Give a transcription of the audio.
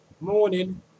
morning